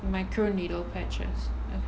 micro needle patches